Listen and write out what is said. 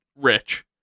rich